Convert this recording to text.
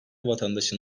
vatandaşın